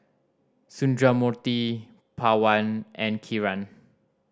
Sundramoorthy Pawan and Kiran